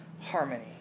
harmony